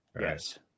yes